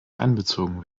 einbezogen